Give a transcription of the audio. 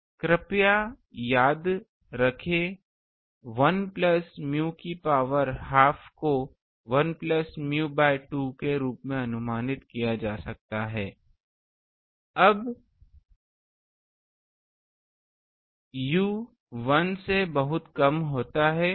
अब कृपया याद रखें 1 प्लस u कि पावर हाफ को 1 प्लस यू बाय 2 के रूप में अनुमानित किया जा सकता है जब यू 1 से बहुत कम होता है